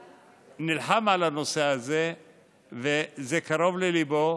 נלחם על הנושא הזה וזה קרוב לליבו.